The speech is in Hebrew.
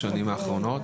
בשנים האחרונות.